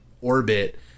orbit